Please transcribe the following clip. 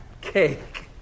cake